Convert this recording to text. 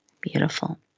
Beautiful